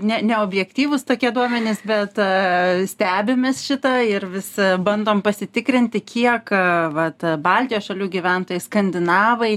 ne neobjektyvūs tokie duomenys bet stebim mes šitą ir vis bandom pasitikrinti kiek vat baltijos šalių gyventojai skandinavai